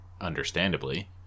Understandably